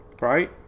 Right